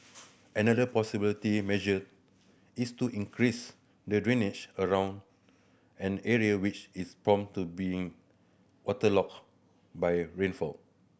another possibility measure is to increase the drainage around an area which is prone to being waterlogged by rainfall